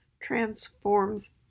transforms